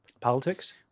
Politics